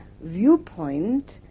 viewpoint